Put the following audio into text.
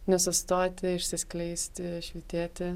nesustoti išsiskleisti švytėti